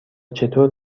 چطور